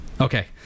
Okay